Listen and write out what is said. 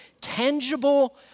tangible